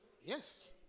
Yes